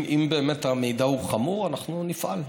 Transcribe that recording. אם באמת המידע חמור, אנחנו נפעל.